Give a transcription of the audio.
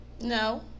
No